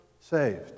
saved